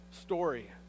story